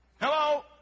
Hello